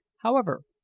however,